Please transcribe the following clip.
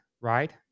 right